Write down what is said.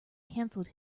canceled